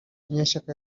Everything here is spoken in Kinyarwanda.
munyeshyaka